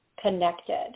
connected